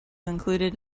included